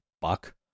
buck